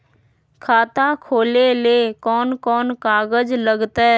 खाता खोले ले कौन कौन कागज लगतै?